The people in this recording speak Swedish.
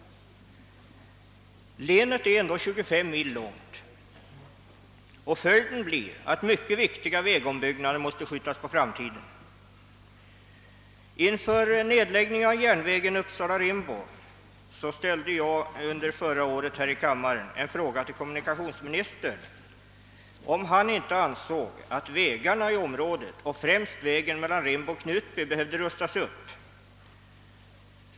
Länet är ca 25 mil långt. Följden blir då att mycket viktiga vägombyggnader måste skjutas på framtiden. Inför nedläggningen av persontrafiken på järnvägen Uppsala—Rimbo frågade jag förra året här i kammaren kommu nikationsministern om han inte ansåg att vägarna i området och främst vägen mellan Rimbo och Knutby behövde rustas upp.